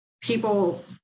people